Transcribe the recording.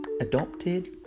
Adopted